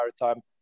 maritime